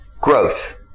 Growth